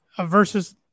versus